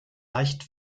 leicht